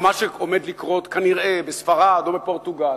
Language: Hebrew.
מה שעומד לקרות כנראה בספרד או בפורטוגל?